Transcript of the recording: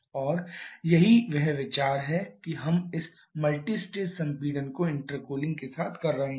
और यही वह विचार है कि हम इस मल्टीस्टेज संपीड़न को इंटरकूलिंग के साथ कर रहे हैं